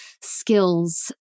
skills